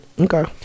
Okay